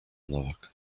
nowak